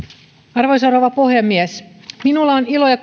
arvoisa rouva puhemies minulla on ilo ja